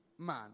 man